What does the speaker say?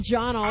John